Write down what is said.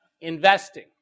investing